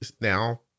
now